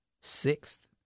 sixth